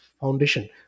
foundation